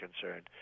concerned